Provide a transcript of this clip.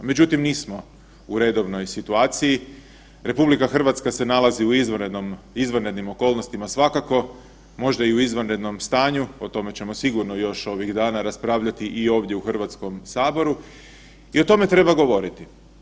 Međutim, nismo u redovnoj situaciji, RH se nalazi u izvanrednim okolnostima svakako, možda i u izvanrednom stanju o tome ćemo sigurno još ovih dana raspravljati i ovdje u Hrvatskom saboru i o tome treba govoriti.